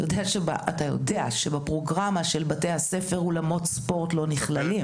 אתה יודע שבפרוגרמה של בתי הספר אולמות ספורט לא נכללים.